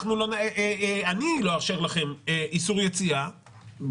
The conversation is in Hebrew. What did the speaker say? אני לא אאשר לכם איסור יציאה,